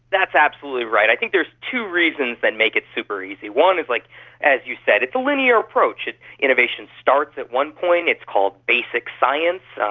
that's absolutely right. i think there's two reasons that make it super easy. one is, like as you said, it's a linear approach. innovation starts at one point, it's called basic science, um